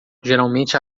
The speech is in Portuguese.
geralmente